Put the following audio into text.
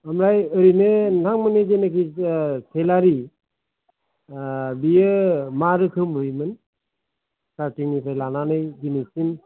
ओमफ्राइ ओरैनो नोंथांमोननि जेनाकि सेलारि बियो मा रोखोमै मोन सिथारथिं निफ्राय लानानै दिनैसिम